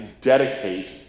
dedicate